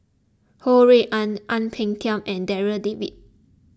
Ho Rui An Ang Peng Tiam and Darryl David